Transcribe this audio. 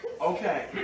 okay